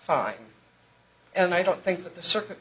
five and i don't think that the circuit